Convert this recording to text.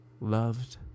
loved